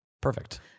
Perfect